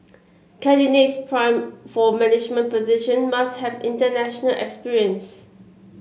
candidates primed for management position must have international experience